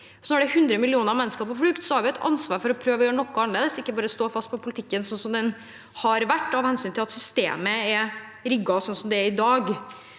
Det er 100 millioner mennesker på flukt. Vi har et ansvar for å prøve å gjøre noe annerledes, ikke bare stå fast på politikken som den har vært, av hensyn til at systemet er rigget slik det er i dag.